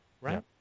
right